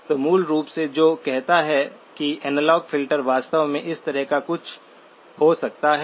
तो मूल रूप से जो कहता है कि एनालॉग फ़िल्टर वास्तव में इस तरह का कुछ हो सकता है